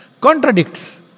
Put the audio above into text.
contradicts